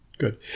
Good